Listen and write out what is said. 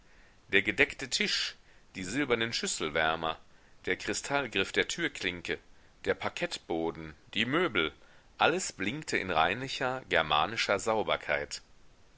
der gedeckte tisch die silbernen schüsselwärmer der kristallgriff der türklinke der parkettboden die möbel alles blinkte in reinlicher germanischer sauberkeit